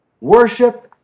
Worship